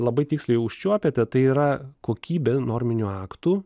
labai tiksliai užčiuopėte tai yra kokybė norminių aktų